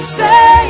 say